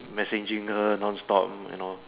messaging girls nonstop and all